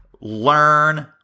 learn